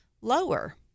lower